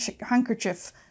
handkerchief